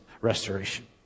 restoration